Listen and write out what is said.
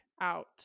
out